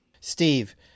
Steve